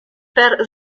per